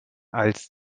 als